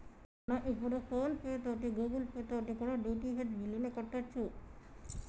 మనం ఇప్పుడు PhonePe తోటి గూగుల్ పే తోటి కూడా డి.టి.హెచ్ బిల్లుని కట్టొచ్చు